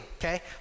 okay